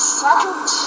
second